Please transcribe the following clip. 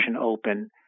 open